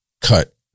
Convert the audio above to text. cut